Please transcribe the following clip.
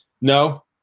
no